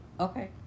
Okay